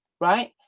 Right